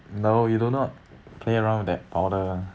no you do not play around with that powder